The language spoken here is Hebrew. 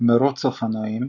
מרוץ אופנועים